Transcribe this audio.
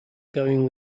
going